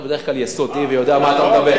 אתה בדרך כלל יסודי ויודע על מה אתה מדבר.